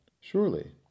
Surely